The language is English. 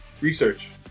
Research